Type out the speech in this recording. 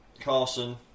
Carson